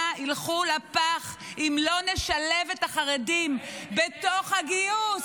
ילכו לפח אם לא נשלב את החרדים בתוך הגיוס.